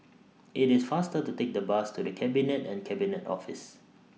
IT IS faster to Take The Bus to The Cabinet and Cabinet Office